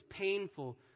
painful